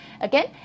again